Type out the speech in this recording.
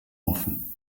offen